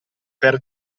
per